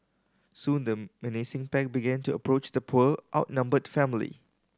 soon the menacing pack began to approach the poor outnumbered family